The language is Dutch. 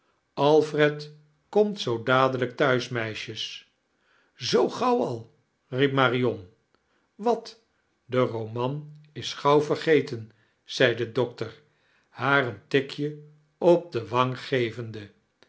alfred komt zoo dadelijk thuis meisjes zoo gauw al irdie p marion wat de roman is gauw veirgeten zei de dokter haar een tikje op de wang getvemide